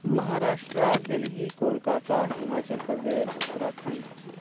Maharashtra Delhi Kolkata Himachal Pradesh Uttarakhand